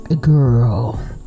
Girl